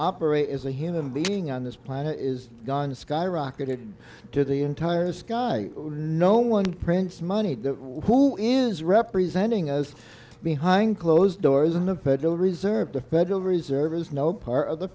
operate as a human being on this planet is gone skyrocketed to the entire sky no one prints money who is representing as behind closed doors in the federal reserve to federal reserve is no part of the